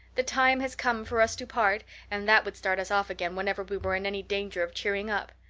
the time has come for us to part and that would start us off again whenever we were in any danger of cheering up.